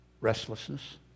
restlessness